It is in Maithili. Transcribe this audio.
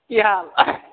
की हाल